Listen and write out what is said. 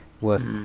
worth